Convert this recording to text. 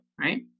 right